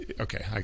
okay